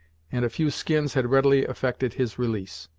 and a few skins had readily effected his release.